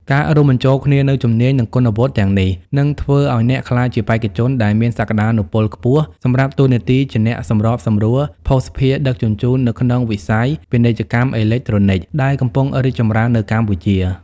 ការរួមបញ្ចូលគ្នានូវជំនាញ និងគុណវុឌ្ឍិទាំងនេះ នឹងធ្វើឱ្យអ្នកក្លាយជាបេក្ខជនដែលមានសក្តានុពលខ្ពស់សម្រាប់តួនាទីជាអ្នកសម្របសម្រួលភស្តុភារដឹកជញ្ជូននៅក្នុងវិស័យ ពាណិជ្ជកម្មអេឡិចត្រូនិក ដែលកំពុងរីកចម្រើននៅកម្ពុជា។